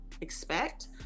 expect